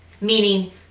meaning